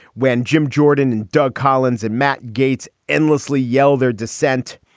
when jim jordan and doug collins and matt gates endlessly yell their descent.